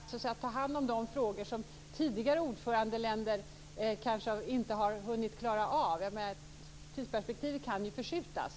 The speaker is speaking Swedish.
Fru talman! Finns det också en beredskap för att så att säga ta hand om de frågor som tidigare ordförandeländer kanske inte har hunnit klara av? Tidsperspektivet kan ju förskjutas.